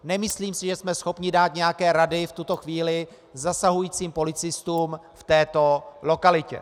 Nemyslím si, že jsme schopni dát nějaké rady v tuto chvíli zasahujícím policistům v této lokalitě.